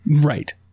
Right